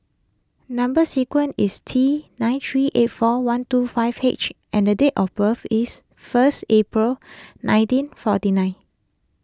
Number Sequence is T nine three eight four one two five H and date of birth is first April nineteen forty nine